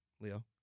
Leo